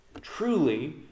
Truly